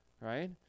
right